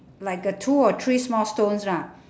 like a two or three small stones lah